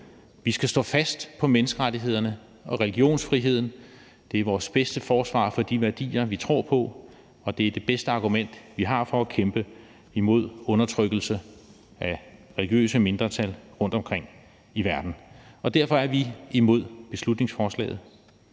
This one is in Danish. Vi skal stå fast på menneskerettighederne og religionsfriheden. Det er vores bedste forsvar for de værdier, vi tror på, og det er det bedste argument, vi har, for at kæmpe imod undertrykkelse af religiøse mindretal rundtomkring i verden. Derfor er vi imod beslutningsforslaget.